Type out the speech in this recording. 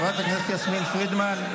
חברת הכנסת יסמין פרידמן,